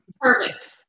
perfect